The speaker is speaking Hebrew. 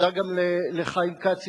תודה גם לחיים כץ,